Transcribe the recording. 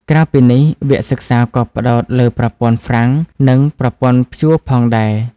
ក្រៅពីនេះ វគ្គសិក្សាក៏ផ្តោតលើប្រព័ន្ធហ្វ្រាំងនិងប្រព័ន្ធព្យួរផងដែរ។